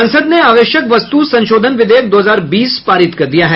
संसद ने आवश्यक वस्तू संशोधन विधेयक दो हजार बीस पारित कर दिया है